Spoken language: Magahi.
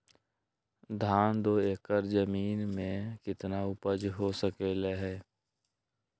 धान दो एकर जमीन में कितना उपज हो सकलेय ह?